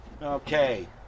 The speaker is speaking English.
Okay